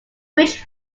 ridge